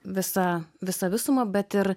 visą visą visumą bet ir